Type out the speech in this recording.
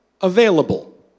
available